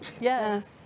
Yes